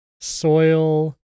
Soil